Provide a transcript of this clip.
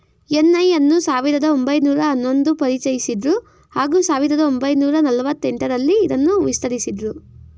NI ಅನ್ನು ಸಾವಿರದ ಒಂಬೈನೂರ ಹನ್ನೊಂದು ಪರಿಚಯಿಸಿದ್ರು ಹಾಗೂ ಸಾವಿರದ ಒಂಬೈನೂರ ನಲವತ್ತ ಎಂಟರಲ್ಲಿ ಇದನ್ನು ವಿಸ್ತರಿಸಿದ್ರು